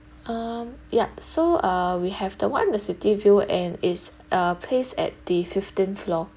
um yup so uh we have the one with city view and is uh placed at the fifteenth floor